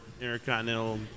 Intercontinental